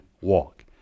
walk